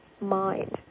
mind